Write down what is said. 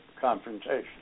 confrontation